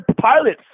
pilots